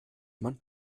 man